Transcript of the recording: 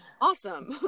awesome